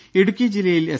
രും ഇടുക്കി ജില്ലയിൽ എസ്